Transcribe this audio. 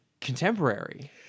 contemporary